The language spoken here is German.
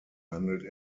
handelt